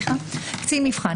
"קצין מבחן",